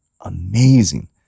amazing